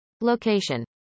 Location